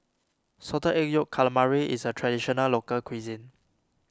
Salted Egg Yolk Calamari is a Traditional Local Cuisine